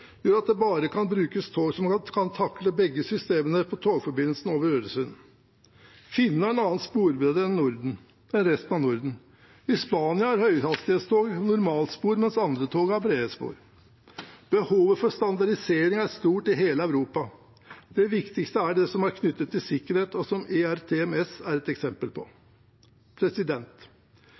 gjør at det bare kan brukes tog som kan takle begge systemene, på togforbindelsen over Øresund. Finnene har en annen sporbredde enn resten av Norden. I Spania har høyhastighetstog normalspor, mens andre tog har brede spor. Behovet for standardisering er stort i hele Europa. Det viktigste er det som er knyttet til sikkerhet, og som ERTMS er et eksempel på.